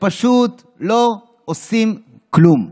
שפשוט לא עושים כלום?